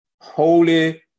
Holy